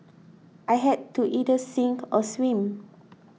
I had to either sink or swim